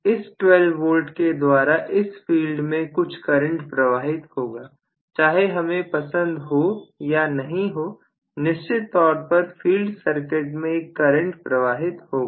इस 12V के द्वारा इस फील्ड में कुछ करंट प्रवाहित होगा चाहे हमें पसंद हो या नहीं हो निश्चित तौर पर फील्ड सर्किट में एक करंट प्रवाहित होगा